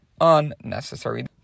unnecessary